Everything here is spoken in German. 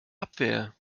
abwehr